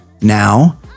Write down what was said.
now